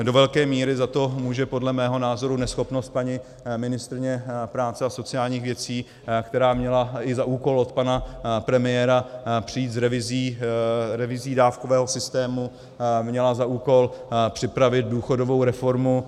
Do velké míry za to může podle mého názoru neschopnost paní ministryně práce a sociálních věcí, která měla i za úkol od pana premiéra přijít s revizí dávkového systému, měla za úkol připravit důchodovou reformu.